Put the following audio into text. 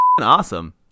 awesome